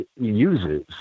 uses